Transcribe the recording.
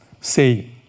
say